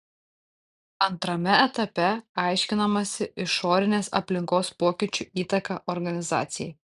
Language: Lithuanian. antrame etape aiškinamasi išorinės aplinkos pokyčių įtaka organizacijai